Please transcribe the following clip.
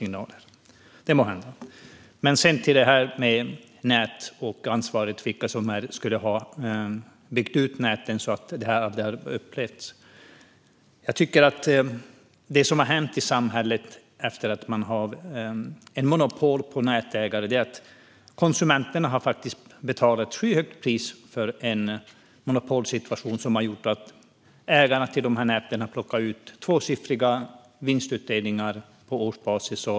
Sedan kommer jag till detta med nät och ansvaret, alltså vilka som skulle ha byggt ut näten. Det som har hänt i samhället efter att nätägarna har fått monopol är att konsumenterna har fått betala ett skyhögt pris för en monopolsituation där ägarna till näten har kunnat plocka ut tvåsiffriga vinstutdelningar på årsbasis.